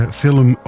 film